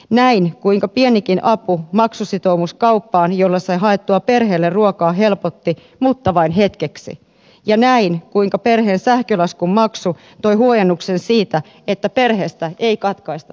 näin kuinka pienikin apu maksusitoumus kauppaan jotta sai haettua perheelle ruokaa helpotti mutta vain hetkeksi ja näin kuinka perheen sähkölaskun maksu toi huojennuksen siitä että perheestä ei katkaista sähköjä